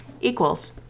Equals